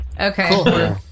okay